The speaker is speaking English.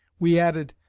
we added,